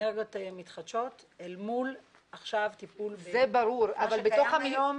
אנרגיות מתחדשות אל מול תפעול מה שקיים היום,